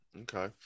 Okay